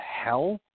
hell